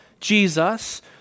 Jesus